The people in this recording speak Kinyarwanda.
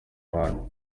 bantu